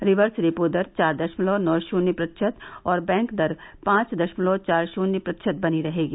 reverse repo दर चार दशमलव नौ शून्य प्रतिशत और बैंक दर पांच दशमलव चार शून्य प्रतिशत बनी रहेगी